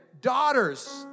daughters